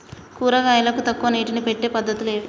కూరగాయలకు తక్కువ నీటిని పెట్టే పద్దతులు ఏవి?